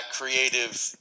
creative